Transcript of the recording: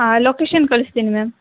ಹಾಂ ಲೊಕೇಶನ್ ಕಳಿಸ್ತೀನಿ ಮ್ಯಾಮ್